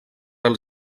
als